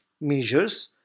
measures